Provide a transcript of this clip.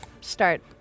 start